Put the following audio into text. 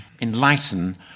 enlighten